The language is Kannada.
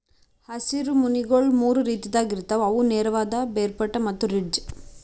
ಹಸಿರು ಮನಿಗೊಳ್ ಮೂರು ರೀತಿದಾಗ್ ಇರ್ತಾವ್ ಅವು ನೇರವಾದ, ಬೇರ್ಪಟ್ಟ ಮತ್ತ ರಿಡ್ಜ್